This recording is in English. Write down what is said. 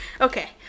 okay